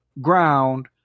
ground